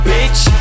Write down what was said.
Bitch